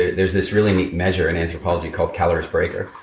there's this really neat measure in anthropology called calories per acre,